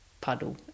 puddle